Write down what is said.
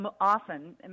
often